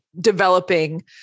developing